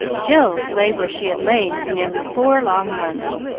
jill lay where she had lain for nearly four long months,